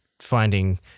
finding